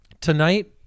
Tonight